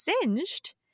singed